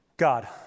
God